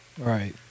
Right